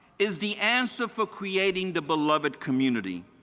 is the answer for creating the beloved community.